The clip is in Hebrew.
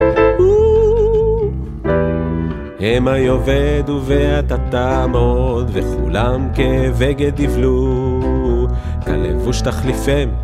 המה יאבדו ואתה תעמוד, וכולם כבגד יבלו, כלבוש תחליפם.